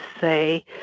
say